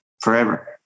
forever